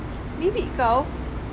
bibik kau